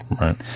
right